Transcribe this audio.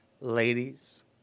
ladies